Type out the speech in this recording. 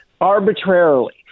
arbitrarily